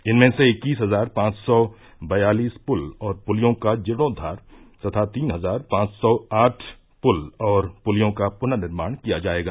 इनमें से इक्कीस हजार पांच सौ बयालीस पुल और पुलियों का जीर्णोद्वार तथा तीन हजार पांच सौ आठ पुल और पुलियों का पुनर्निमाण किया जाएगा